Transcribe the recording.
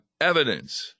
evidence